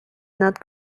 not